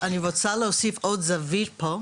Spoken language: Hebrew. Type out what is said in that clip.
אני רוצה להוסיף עוד זווית פה,